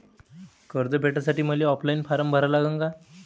कर्ज भेटासाठी मले ऑफलाईन फारम भरा लागन का?